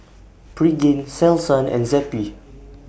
Pregain Selsun and Zappy